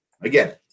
again